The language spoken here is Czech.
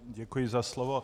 Děkuji za slovo.